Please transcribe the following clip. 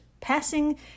passing